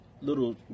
little